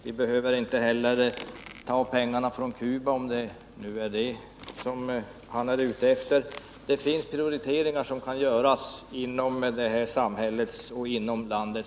Vi behöver inte heller ta pengar från Cuba, om det nu är det som Wiggo Komstedt är ute efter. Det finns prioriteringar som kan göras inom det här landet.